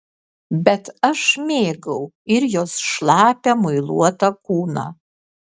bet aš mėgau ir jos šlapią muiluotą kūną